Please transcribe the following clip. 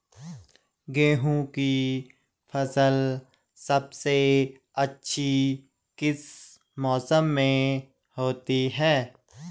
गेहूँ की फसल सबसे अच्छी किस मौसम में होती है